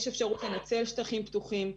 יש אפשרות לנצל שטחים פתוחים,